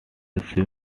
swim